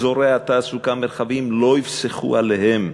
אזורי התעסוקה המרחביים לא יפסחו עליהם.